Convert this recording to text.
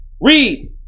Read